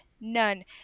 none